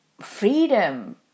freedom